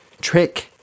Trick